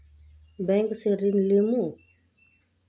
Bank से ऋण लुमू?